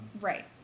Right